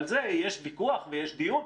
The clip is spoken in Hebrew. על זה יש ויכוח ויש דיון,